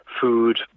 food